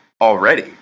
already